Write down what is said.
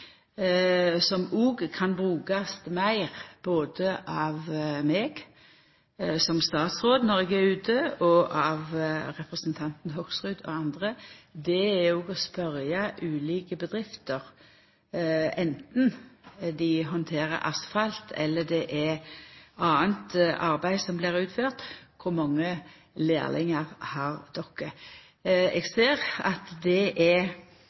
som òg kan brukast meir både av meg som statsråd når eg er ute, og av representanten Hoksrud og andre, er å spørja ulike bedrifter, anten dei handterer asfalt eller det er anna arbeid som blir utført: Kor mange lærlingar har de? Det